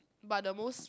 but the most